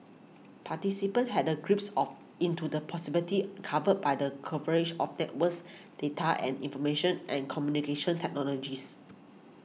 participants had a of into the possible tea cover by the converge of networks data and information and communication technologies